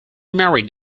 married